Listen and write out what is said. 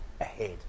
ahead